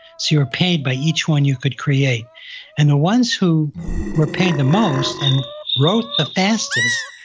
so you were paid by each one you could create and the ones who were paid the most and wrote the fastest,